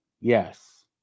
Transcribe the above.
Yes